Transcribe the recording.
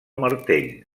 martell